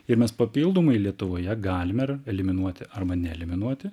ir mes papildomai lietuvoje galime ir eliminuoti arba neeliminuoti